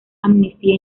amnistía